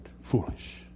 foolish